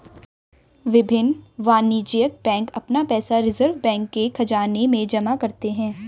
विभिन्न वाणिज्यिक बैंक अपना पैसा रिज़र्व बैंक के ख़ज़ाने में जमा करते हैं